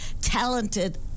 talented